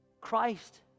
Christ